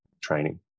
training